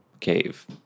cave